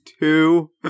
Two